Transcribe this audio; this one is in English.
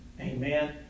Amen